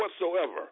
whatsoever